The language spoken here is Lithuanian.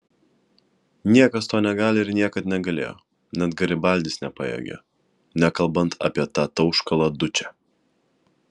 niekas to negali ir niekad negalėjo net garibaldis nepajėgė nekalbant apie tą tauškalą dučę